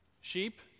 Sheep